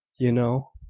you know.